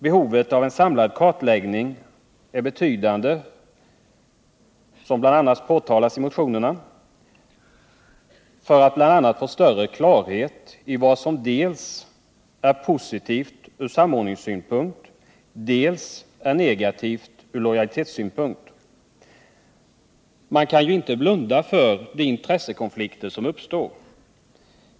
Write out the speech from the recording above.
Som påtalats i bl.a. motioner är behovet av en samlad kartläggning betydande för att bl.a. få större klarhet i vad som dels är positivt från samordningssynpunkt, dels är negativt från lojalitetssynpunkt. Man kan ju inte blunda för de intressekonflikter som uppstår.